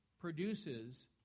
produces